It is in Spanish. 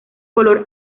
color